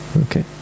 Okay